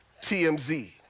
TMZ